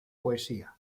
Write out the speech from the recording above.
poesía